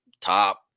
top